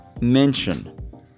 mention